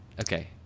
okay